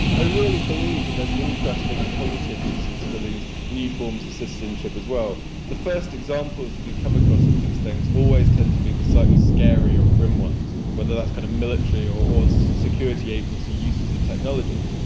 i really believe that there is interesting and positive uses for these new forms of citizenship as well. the first examples we come across of these things always tend to be the slightly scary or grim ones, whether that's kind of military or or so security agency uses of technologies,